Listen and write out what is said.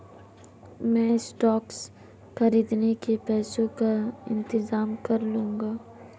मैं स्टॉक्स खरीदने के पैसों का इंतजाम कर लूंगा